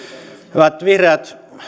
hyvät vihreät